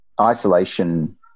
Isolation